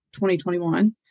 2021